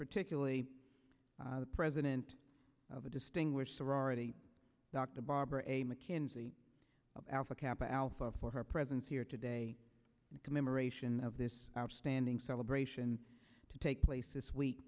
particularly the president of the distinguished sorority dr barbara a mckinsey alpha kappa alpha for her presence here today in commemoration of this outstanding celebration to take place this week